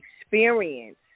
experience